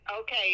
Okay